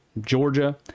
georgia